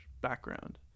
background